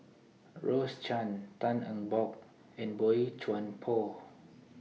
Rose Chan Tan Eng Bock and Boey Chuan Poh